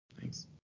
Thanks